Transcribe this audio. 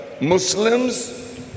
Muslims